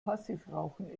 passivrauchen